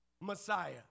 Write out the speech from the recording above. Messiah